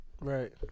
Right